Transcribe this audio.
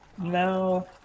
No